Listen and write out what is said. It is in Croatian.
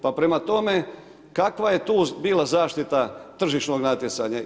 Pa prema tome, kakva je to bila zaštita tržišnog natjecanja.